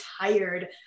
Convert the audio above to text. tired